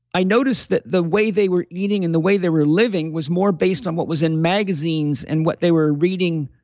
i noticed that the way they were eating and the way they were living was more based on what was in magazines and what they were reading